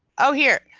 oh, here,